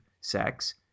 sex